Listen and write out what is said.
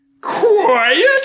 Quiet